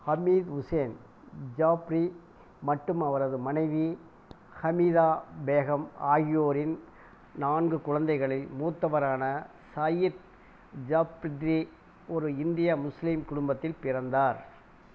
ஹமீது உசேன் ஜாஃப்ரி மட்டும் அவரது மனைவி ஹமிதா பேகம் ஆகியோரின் நான்கு குழந்தைகளில் மூத்தவரான சயீத் ஜாஃப்ரி ஒரு இந்திய முஸ்லீம் குடும்பத்தில் பிறந்தார்